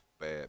bad